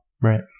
Right